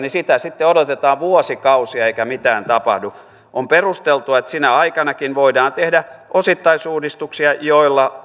sitä sitten odotetaan vuosikausia eikä mitään tapahdu on perusteltua että sinä aikanakin voidaan tehdä osittaisuudistuksia joilla